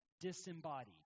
disembodied